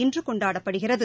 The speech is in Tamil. இன்று கொண்டாடப்படுகிறது